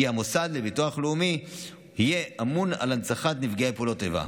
המוסד לביטוח לאומי יהיה אמון על הנצחת נפגעי פעולות איבה.